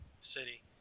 city